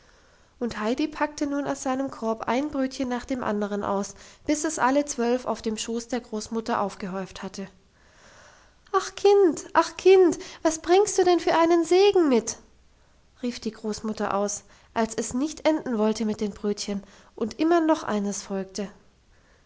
und heidi packte nun aus seinem korb ein brötchen nach dem andern aus bis es alle zwölf auf dem schoß der großmutter aufgehäuft hatte ach kind ach kind was bringst du denn für einen segen mit rief die großmutter aus als es nicht enden wollte mit den brötchen und immer noch eines folgte